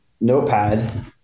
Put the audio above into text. notepad